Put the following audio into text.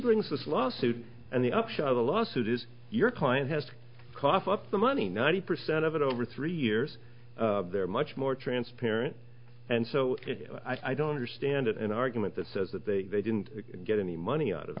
brings this lawsuit and the upshot of the lawsuit is your client has to cough up the money ninety percent of it over three years they're much more transparent and so i don't understand an argument that says that they didn't get any money out of